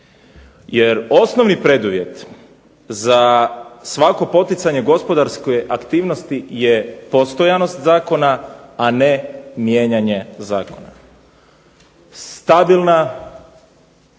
Jer osnovni preduvjet za svako poticanje gospodarske aktivnosti je postojanost Zakona a ne mijenjanje zakona. Stabilna